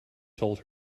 told